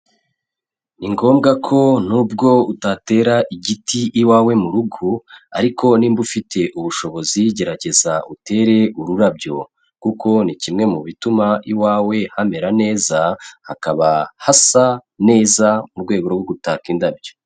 Ni ngombwa ko nubwo utatera igiti iwawe mu rugo ariko nimba ufite ubushobozi gerageza utere ururabyo kuko ni kimwe mu bituma iwawe hamera neza, hakaba hasa neza mu rwego rwo gutaka indabyo.